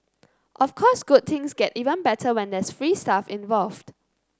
of course good things get even better when there's free stuff involved